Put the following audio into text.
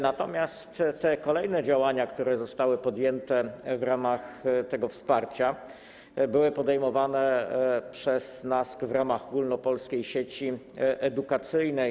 Natomiast kolejne działania, które zostały poczynione w ramach tego wsparcia, były podejmowane przez nas w ramach Ogólnopolskiej Sieci Edukacyjnej.